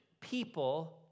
people